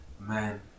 Man